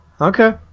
Okay